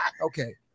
Okay